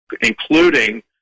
including